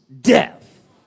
death